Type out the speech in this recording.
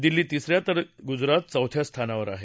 दिल्ली तिस या तर गुजरात चौथ्या रुथानावर आहे